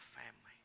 family